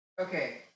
Okay